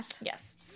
Yes